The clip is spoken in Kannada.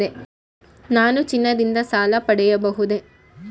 ನಾನು ಚಿನ್ನದಿಂದ ಸಾಲ ಪಡೆಯಬಹುದೇ?